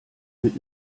mit